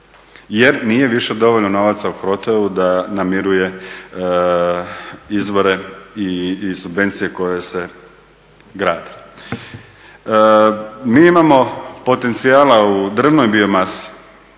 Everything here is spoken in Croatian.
jer nije više dovoljno novaca u … da namiruje izvore i subvencije koje se grade. Mi imamo potencijala u drvnoj biomasi